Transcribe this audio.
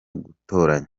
gutoranya